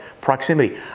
Proximity